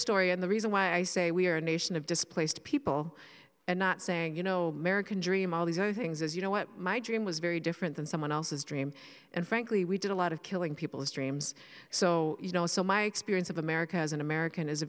story and the reason why i say we're a nation of displaced people and not saying you know american dream all these other things is you know what my dream was very different than someone else's dream and frankly we did a lot of killing people as dreams so you know so my experience of america as an american is a